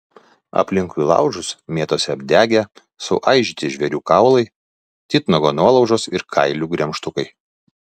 aplinkui laužus mėtosi apdegę suaižyti žvėrių kaulai titnago nuolaužos ir kailių gremžtukai